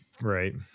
right